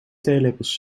theelepels